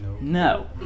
No